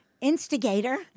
instigator